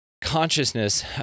consciousness